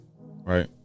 Right